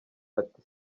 ati